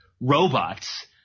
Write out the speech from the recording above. robots